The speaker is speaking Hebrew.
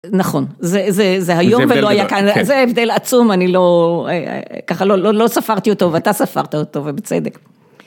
נכון, זה היום ולא היה כאן, זה הבדל עצום אני לא, ככה לא ספרתי אותו ואתה ספרת אותו ובצדק.